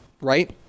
right